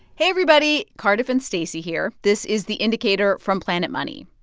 hey, everybody. cardiff and stacey here. this is the indicator from planet money.